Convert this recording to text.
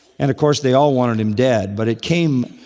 and, of course, they all wanted him dead. but it came.